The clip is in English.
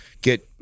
get